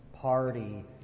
party